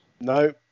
No